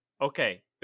Okay